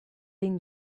been